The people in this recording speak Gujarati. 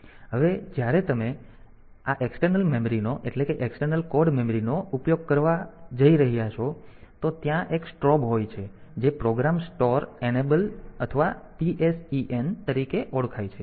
હવે જ્યારે તમે આ એક્સટર્નલ મેમરીનો એટલે કે એક્સટર્નલ કોડ મેમરીનો ઉપયોગ કરી રહ્યા હોવ તો ત્યાં એક સ્ટ્રોબ હોય છે જે પ્રોગ્રામ સ્ટોર અનેબલ અથવા PSEN તરીકે ઓળખાય છે